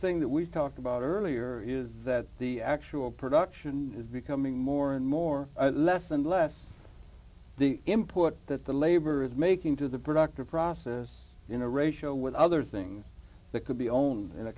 thing that we've talked about earlier is that the actual production is becoming more and more less and less the import that the labor is making to the productive process in a ratio with other things that could be own in a